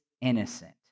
innocent